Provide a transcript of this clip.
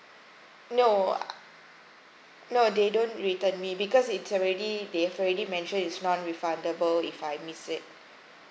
no no they don't return me because it's already they have already mentioned it's non refundable if I miss it